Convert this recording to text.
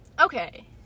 Okay